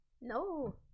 No